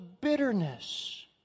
bitterness